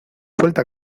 suelta